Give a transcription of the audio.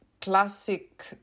classic